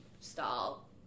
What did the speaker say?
style